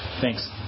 thanks